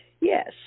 yes